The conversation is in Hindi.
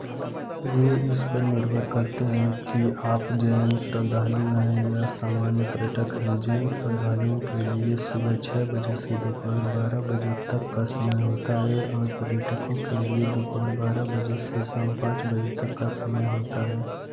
वे इस पर निर्भर करते हैं कि आप जैन श्रद्धालु हैं या सामान्य पर्यटक हैं जैन श्रद्धालुओं के लिए सुबह छः बजे से दोपहर बारह बजे तक का समय होता है और पर्यटकों के लिए दोपहर बारह बजे से शाम पांच बजे तक का समय होता है